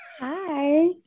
Hi